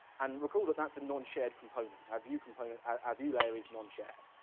and recall that that's a non-shared component. our view component, our view layer, is non-shared.